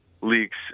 leaks